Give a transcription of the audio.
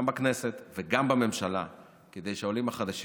גם בכנסת וגם בממשלה, כדי שהעולים החדשים